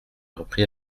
reprit